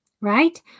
right